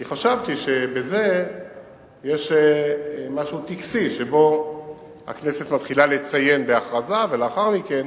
כי חשבתי שיש בזה משהו טקסי שהכנסת מתחילה לציין בהכרזה ולאחר מכן